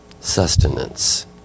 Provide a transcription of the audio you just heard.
sustenance